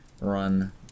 run